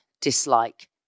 dislike